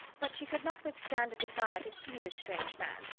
but she could not withstand a desire to see this strange man,